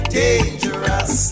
dangerous